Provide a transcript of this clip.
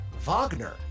Wagner